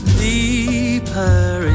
deeper